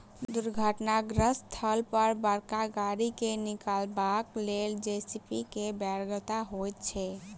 दुर्घटनाग्रस्त स्थल पर बड़का गाड़ी के निकालबाक लेल जे.सी.बी के बेगरता होइत छै